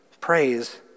praise